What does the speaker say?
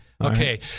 Okay